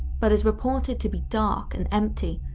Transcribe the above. but is reported to be dark and empty,